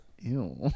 Ew